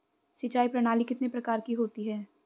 सिंचाई प्रणाली कितने प्रकार की होती हैं?